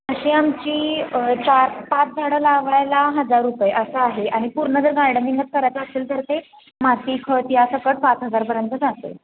अशी आमची चार पाच झाडं लावायला हजार रुपये असा आहे आणि पूर्ण जर गार्डनिंगच करायचं असेल तर ते माती खत या सकट पाच हजारपर्यंत जाते